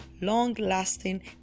long-lasting